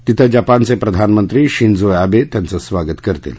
तिथं जपानचे प्रधानमंत्री शिंजो अध्यत्यांचं स्वागत करतील